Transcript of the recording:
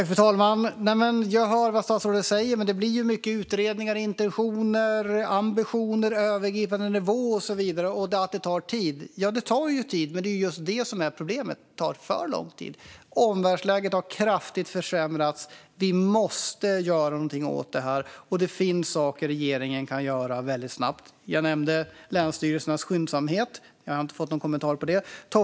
Fru talman! Jag hör vad statsrådet säger, men det blir mycket utredningar, intentioner, ambitioner, övergripande nivåer och så vidare. Det tar tid, säger statsrådet. Ja, men problemet är att det tar för lång tid. Omvärldsläget har kraftigt försämrats. Därför måste vi göra något åt detta, och det finns saker regeringen kan göra snabbt. Jag nämnde länsstyrelsernas skyndsamhet men fick ingen kommentar på det.